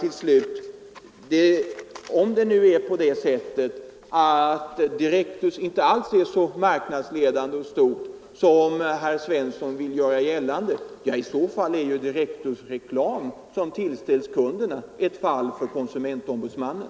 Till slut: Om Direktus, som herr Svensson vill göra gällande, inte alls är så marknadsledande och stort, då är ju Direktus” reklam, som tillställs kunderna, ett fall för konsumentombudsmannen.